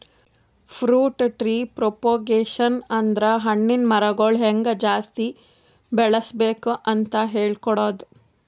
fruit tree propagation ಅಂದ್ರ ಹಣ್ಣಿನ್ ಮರಗೊಳ್ ಹೆಂಗ್ ಜಾಸ್ತಿ ಬೆಳಸ್ಬೇಕ್ ಅಂತ್ ಹೇಳ್ಕೊಡದು